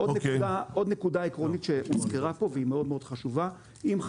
עוד נקודה עקרונית שהוזכרה פה והיא מאוד חשובה: אם,